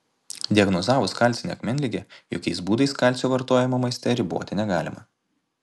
diagnozavus kalcinę akmenligę jokiais būdais kalcio vartojimo maiste riboti negalima